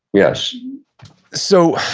yes so,